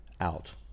out